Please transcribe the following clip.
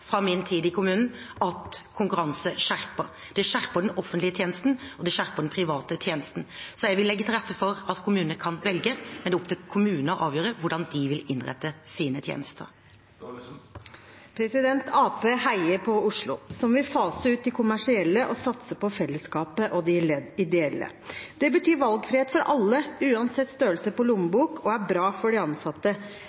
fra min tid i kommunen – at konkurranse skjerper. Det skjerper den offentlige tjenesten, og det skjerper den private tjenesten. Så jeg vil legge til rette for at kommuner kan velge, men det er opp til kommunene å avgjøre hvordan de vil innrette sine tjenester. Arbeiderpartiet heier på Oslo, som vil fase ut de kommersielle og satse på fellesskapet og de ideelle. Det betyr valgfrihet for alle, uansett størrelse på